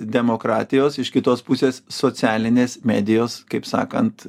demokratijos iš kitos pusės socialinės medijos kaip sakant